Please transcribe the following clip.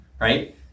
right